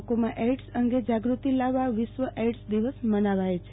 લોકોમાં એઈડ્ઝ અંગે જાગૃતિ લાવવા વિશ્વ એઈડ્ઝ દિવસ મનાવાય છે